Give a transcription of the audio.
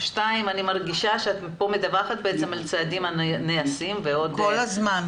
דבר שני אני מרגישה שאת מדווחת על צעדים שנעשים כל הזמן,